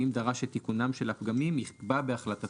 ואם דרש את תיקונם של הפגמים יקבע בהחלטתו